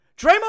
Draymond